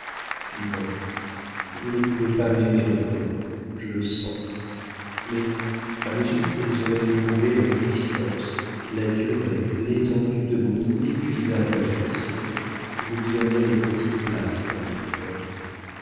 non vous ne pouvez pas m'aimer encore je le sens mais à mesure que vous aurez éprouvé la puissance la durée l'étendue de mon inépuisable affection vous lui donnerez une petite place dans votre cœur